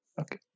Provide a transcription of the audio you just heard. Okay